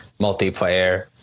multiplayer